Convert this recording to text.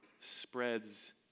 spreads